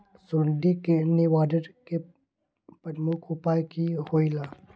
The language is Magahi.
सुडी के निवारण के प्रमुख उपाय कि होइला?